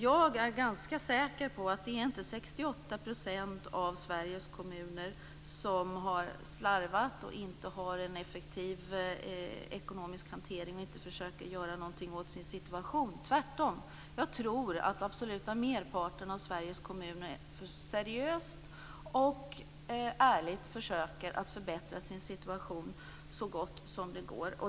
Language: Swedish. Jag är ganska säker på att det inte är 68 % av Sveriges kommuner som har slarvat och inte har en effektiv ekonomisk hantering och inte försöker göra något åt sin situation. Tvärtom tror jag att den absoluta merparten av Sveriges kommuner seriöst och ärligt försöker förbättra sin situation så gott det går.